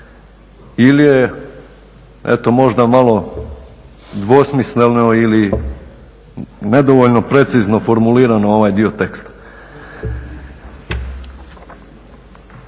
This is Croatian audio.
ili je eto možda malo dvosmisleno ili nedovoljno preciziran ovaj dio teksta?